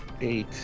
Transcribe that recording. eight